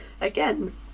again